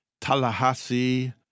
Tallahassee